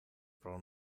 pro